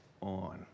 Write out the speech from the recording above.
on